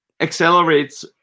accelerates